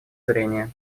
зрения